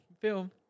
film